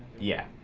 yeah.